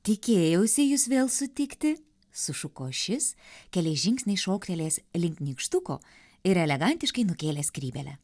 tikėjausi jus vėl sutikti sušuko šis keliais žingsniais šoktelėjęs link nykštuko ir elegantiškai nukėlė skrybėlę